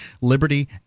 liberty